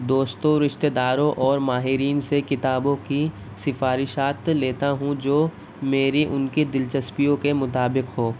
دوستوں رشتے داروں او ماہرین سے کتابوں کی سفارشات لیتا ہوں جو میری ان کی دلچسپیوں کے مطابق ہوں